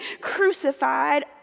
crucified